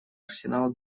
арсенал